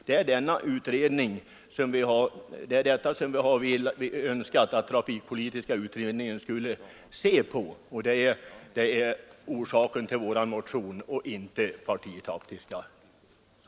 Det är anledningen till vår motion och inte några partitaktiska skäl.